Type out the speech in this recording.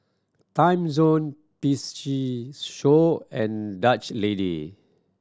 Timezone P C Show and Dutch Lady